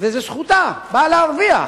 וזו זכותה, באה להרוויח.